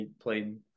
playing